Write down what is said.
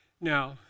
Now